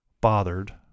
bothered